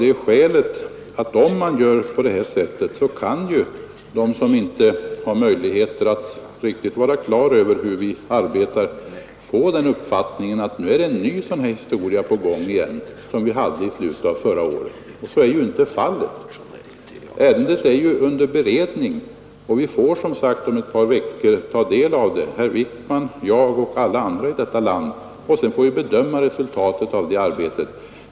Det är väl alldeles onödigt. Det kan lätt ge människor som inte känner till hur vi arbetar det intrycket att nu är en sådan historia på gång igen som vi hade i slutet på förra året. Så är ju inte alls fallet. Ärendet är under beredning och vi får, som sagt, om ett par veckor ta del av det — herr Wijkman, jag och alla andra i detta land. Sedan får vi bedöma resultatet av det arbetet.